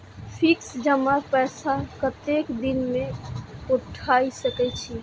Fix जमा पैसा कतेक दिन में उठाई सके छी?